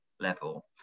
Level